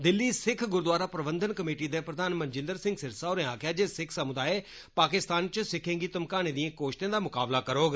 Delhi Sikh Gurdwara Prabandhan committee दे प्रधान मनजिन्द्र सिंह सिरसा होरें आक्खेआ जे सिख समुदाय पाकिस्तान च सिक्खै गी घमकानें दियें कोष्टें दा मुकाबला करोग